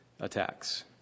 attacks